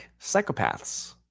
psychopaths